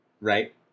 Right